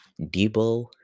Debo